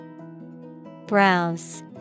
Browse